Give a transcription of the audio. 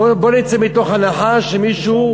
בוא נצא מתוך הנחה שמישהו,